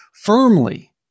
firmly